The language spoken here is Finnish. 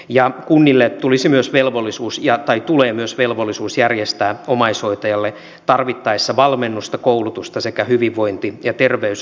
ja kunnille tulisi myös velvollisuus ja tai tulee myös velvollisuus järjestää omaishoitajalle tarvittaessa valmennusta koulutusta sekä hyvinvointi ja terveystarkastuksia